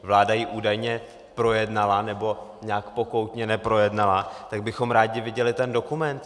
Vláda ji údajně projednala, nebo nějak pokoutně neprojednala, tak bychom rádi viděli ten dokument.